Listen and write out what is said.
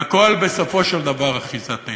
והכול בסופו של דבר אחיזת עיניים.